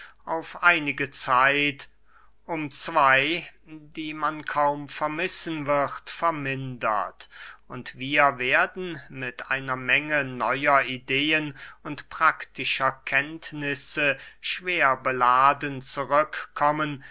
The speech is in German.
auf einige zeit um zwey die man kaum vermissen wird vermindert und wir werden mit einer menge neuer ideen und praktischer kenntnisse schwer beladen